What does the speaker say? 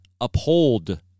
uphold